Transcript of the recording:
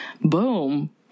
Boom